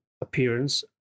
appearance